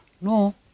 No